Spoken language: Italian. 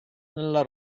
nella